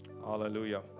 Hallelujah